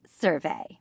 survey